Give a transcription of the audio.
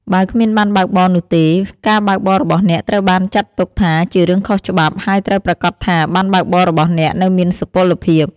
បើគ្មានប័ណ្ណបើកបរនោះទេ ការបើកបររបស់អ្នកត្រូវបានចាត់ទុកថាជារឿងខុសច្បាប់ ហើយត្រូវប្រាកដថា ប័ណ្ណបើកបររបស់អ្នកនៅមានសុពលភាព។។